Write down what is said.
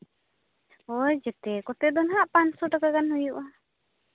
ᱦᱳᱭ ᱡᱮᱛᱮ ᱠᱚᱛᱮ ᱫᱚ ᱱᱟᱦᱟᱸᱜ ᱯᱟᱸᱥᱥᱳ ᱴᱟᱠᱟ ᱜᱟᱱ ᱦᱩᱭᱩᱜᱼᱟ